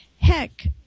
Heck